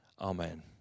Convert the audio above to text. Amen